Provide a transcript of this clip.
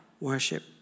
worship